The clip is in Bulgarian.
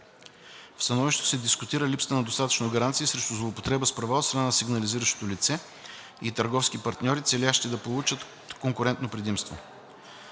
В становището се дискутира лисата на достатъчно гаранции срещу злоупотреба с права от страна на сигнализиращото лице и търговски партньори, целящи да получат конкурентно предимство.